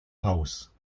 house